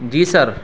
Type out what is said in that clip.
جی سر